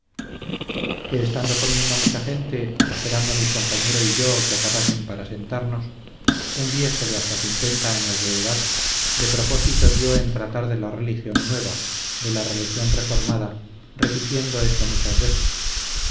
que estando comiendo mucha gente esperando mi compañero y yo que acabasen para sentarnos un viejo de hasta cincuenta años de edad de propósito dió en tratar de la religión nueva de la religión reformada repitiendo esto muchas veces